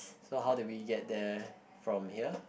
so how do we get there from here